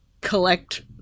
collect –